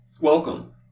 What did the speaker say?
Welcome